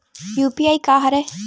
UPI का हरय?